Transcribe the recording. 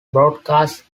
broadcast